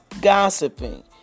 gossiping